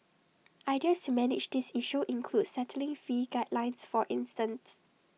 ideas to manage this issue include setting fee guidelines for instance